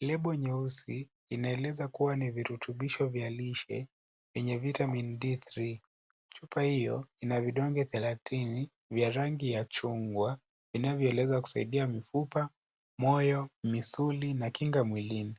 Lebo nyeusi inaeleza kuwa ni virutubisho vya lishe vyenye vitamini D3 chupa hiyo ina vidonge thelathini vya rangi ya chungwa vinavyoeleza kusaidia mifupa, moyo, misuli na kinga mwilini.